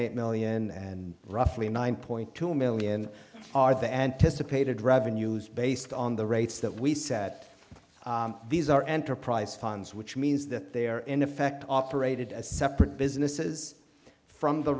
eight million and roughly nine point two million are the anticipated revenues based on the rates that we set these are enterprise funds which means that they are in effect operated as separate businesses from the